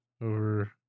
over